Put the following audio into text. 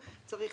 בקצרה.